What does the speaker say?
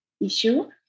issue